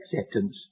acceptance